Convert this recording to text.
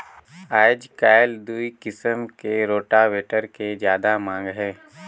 आयज कायल दूई किसम के रोटावेटर के जादा मांग हे